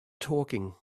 talking